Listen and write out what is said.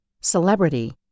celebrity